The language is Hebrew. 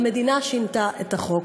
והמדינה שינתה את החוק.